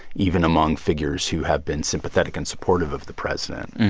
even among figures who have been sympathetic and supportive of the president,